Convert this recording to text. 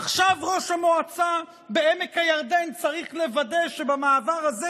עכשיו ראש המועצה בעמק הירדן צריך לוודא שבמעבר הזה